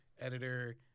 editor